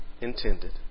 intended